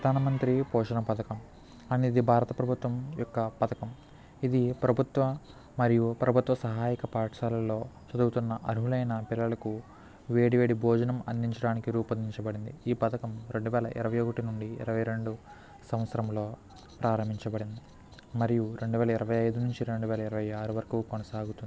ప్రధానమంత్రి పోషణ పథకం అనేది భారత ప్రభుత్వం యొక్క పథకం ఇది ప్రభుత్వం మరియు ప్రభు త్వ సహాయక పాఠశాలలో చదువుతున్న అర్హులైన పిల్లలకు వేడివేడి భోజనం అందించడానికి రూపొందించబడింది ఈ పథకం రెండు వేల ఇరవై ఒకటి నుండి ఇరవై రెండు సంవత్సరంలో ప్రారంభించబడింది మరియు రెండు వేల ఇరవై ఐదు నుంచి రెండు వేల ఇరవై ఆరు వరకు కొనసాగుతుంది